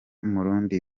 murundi